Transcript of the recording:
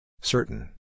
Certain